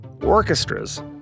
orchestras